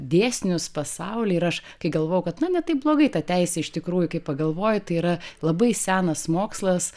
dėsnius pasaulį ir aš kai galvojau kad na ne taip blogai ta teisė iš tikrųjų kai pagalvoji tai yra labai senas mokslas